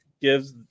gives